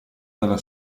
dalla